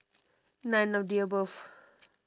none of the above